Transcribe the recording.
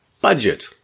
budget